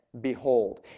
behold